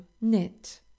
knit